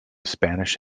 spanish